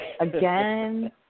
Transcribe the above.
again